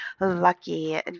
lucky